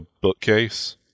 bookcase